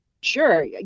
Sure